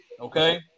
Okay